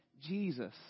Jesus